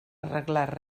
arreglar